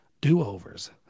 do-overs